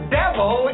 devil